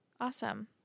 awesome